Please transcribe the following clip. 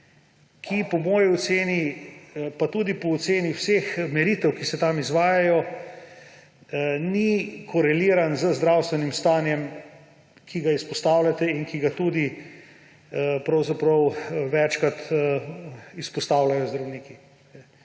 ki po moji oceni, pa tudi po oceni vseh meritev, ki se tam izvajajo, ni koreliran z zdravstvenim stanjem, ki ga izpostavljate in ga tudi pravzaprav večkrat izpostavljajo zdravniki.